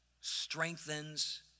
strengthens